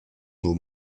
nos